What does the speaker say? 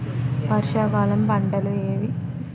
వర్షాకాలం పంటలు ఏవి?